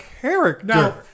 character